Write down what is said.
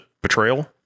betrayal